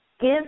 give